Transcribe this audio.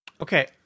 Okay